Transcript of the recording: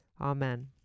Amen